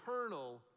eternal